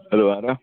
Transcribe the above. hello ആരാണ്